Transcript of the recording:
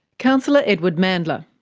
councillor edward mandla.